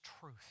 truth